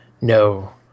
No